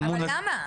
למה?